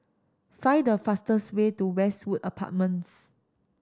find the fastest way to Westwood Apartments